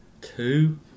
Two